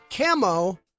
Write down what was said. camo